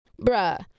Bruh